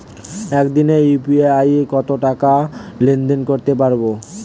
একদিনে ইউ.পি.আই কতবার টাকা লেনদেন করতে পারব?